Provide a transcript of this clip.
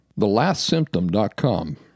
TheLastSymptom.com